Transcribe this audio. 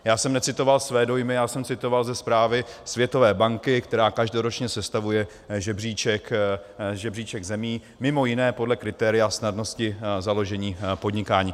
Já jsem necitoval své dojmy, já jsem citoval ze zprávy Světové banky, která každoročně sestavuje žebříček zemí mj. podle kritéria snadnosti založení podnikání.